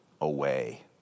away